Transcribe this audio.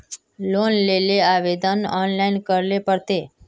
Loan लेले आवेदन online करे ले पड़ते?